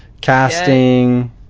casting